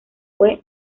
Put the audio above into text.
fue